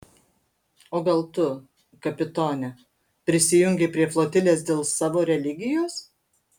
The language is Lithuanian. o gal tu kapitone prisijungei prie flotilės dėl savo religijos